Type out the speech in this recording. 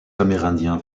amérindiens